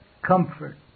comfort